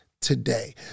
today